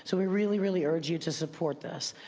so we really, really urge you to support this.